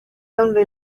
only